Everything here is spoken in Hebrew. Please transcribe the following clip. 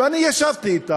ואני ישבתי אתה.